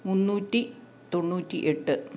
മുന്നൂറ്റി തൊണ്ണൂറ്റി എട്ട്